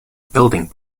building